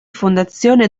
fondazione